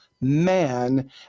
man